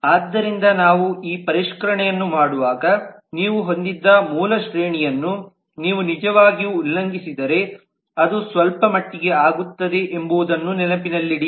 ಆದ್ದರಿಂದ ನಾವು ಈ ಪರಿಷ್ಕರಣೆಯನ್ನು ಮಾಡುವಾಗ ನೀವು ಹೊಂದಿದ್ದ ಮೂಲ ಶ್ರೇಣಿಯನ್ನು ನೀವು ನಿಜವಾಗಿಯೂ ಉಲ್ಲಂಘಿಸಿದರೆ ಅದು ಸ್ವಲ್ಪಮಟ್ಟಿಗೆ ಆಗುತ್ತದೆ ಎಂಬುದನ್ನು ನೆನಪಿನಲ್ಲಿಡಿ